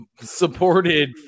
supported